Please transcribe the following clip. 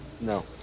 No